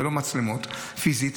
אלה לא מצלמות פיזית,